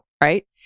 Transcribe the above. right